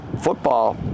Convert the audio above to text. football